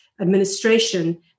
administration